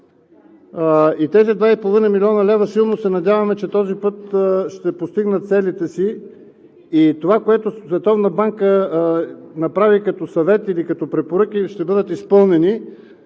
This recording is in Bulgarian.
и тези 2,5 млн. лв., силно се надяваме, този път ще постигнат целите си и това, което Световната банка направи като съвет или като препоръки, ще бъдат изпълнени.